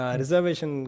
reservation